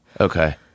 Okay